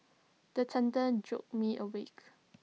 the thunder jolt me awake